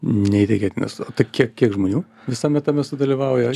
neįtikėtina o tai kiek kiek žmonių visame tame sudalyvauja